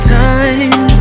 time